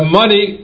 money